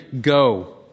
Go